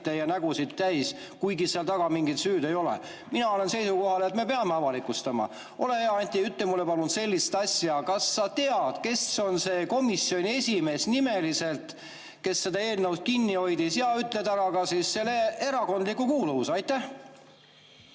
ja näo[pilte] täis, kuigi seal taga mingit süüd ei ole. Mina olen seisukohal, et me peame avalikustama. Ole hea, Anti, ütle mulle palun sellist asja: kas sa tead, kes on nimeliselt see komisjoni esimees, kes seda eelnõu kinni hoidis? Ütle ära ka tema erakondlik kuuluvus. Aitäh,